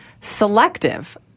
selective